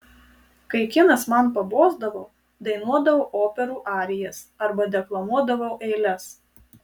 kai kinas man pabosdavo dainuodavau operų arijas arba deklamuodavau eiles